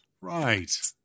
Right